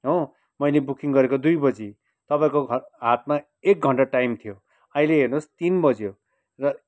हो मैले बुकिङ गरेको दुई बजी तपाईँको हातमा एक घन्टा टाइम थियो अहिले हेर्नुहोस् तिन बज्यो र